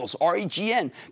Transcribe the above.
R-E-G-N